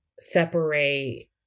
separate